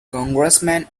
congressman